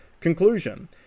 Conclusion